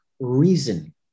Reason